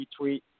retweet